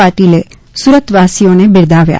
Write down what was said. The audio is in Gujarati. પાટિલે સુરતવાસીઓને બિરદાવ્યા